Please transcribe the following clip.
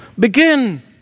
Begin